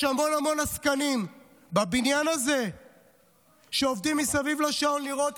יש המון המון עסקנים בבניין הזה שעובדים מסביב לשעון לראות